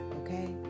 okay